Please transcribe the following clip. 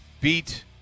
beat